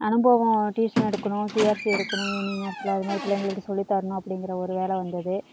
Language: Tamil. அனுபவம் டியூஷன் எடுக்கணும் சிஆர்சி எடுக்கணும் ஈவினிங் நேரத்தில் அது மாதிரி பிள்ளைங்களுக்கு சொல்லி தரணும் அப்படிங்கிற ஒரு வேலை வந்தது